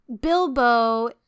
Bilbo